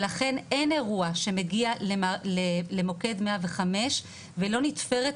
לכן אין אירוע שמגיע למוקד 105 ולא נתפרת